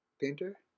Painter